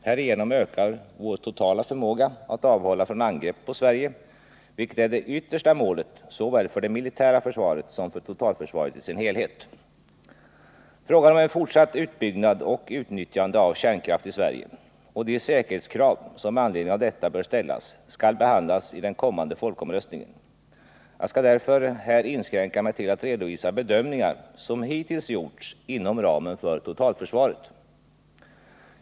Härigenom ökar vår totala förmåga att Nr 36 avhålla från angrepp på Sverige, vilket är det yttersta målet såväl för det Fredagen den militära försvaret som för totalförsvaret i dess helhet. 23 november 1979 Frågan om fortsatt utbyggnad och utnyttjande av kärnkraft i Sverige och de säkerhetskrav som med anledning av detta bör ställas skall behandlas i den kommande folkomröstningen. Jag skall därför här inskränka mig till att redovisa bedömningar som hittills gjorts inom ramen för totalförsvaret.